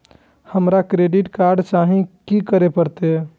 हमरा credit card चाही की करे परतै?